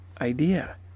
idea